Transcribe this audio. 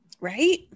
Right